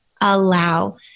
allow